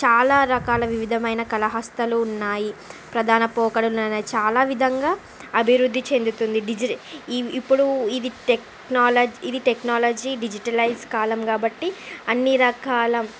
చాలా రకాల వివిధమైన హస్తకళలు ఉన్నాయి ప్రధాన పోకడలు ఉన్నాయి చాలా విధంగా అభివృద్ధి చెందుతుంది డిజి ఈ ఇప్పుడు ఇది టెక్నాలజీ ఇది టెక్నాలజీ డిజిటలైజ్ కాలం కాబట్టి అన్ని రకాల